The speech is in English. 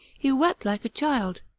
he wept like a child.